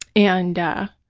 and